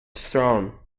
throne